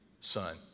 Son